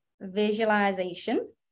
visualization